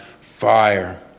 fire